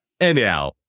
Anyhow